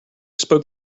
spoke